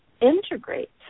integrate